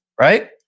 Right